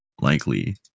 likely